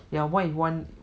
ya what you want